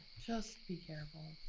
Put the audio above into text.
just. be careful.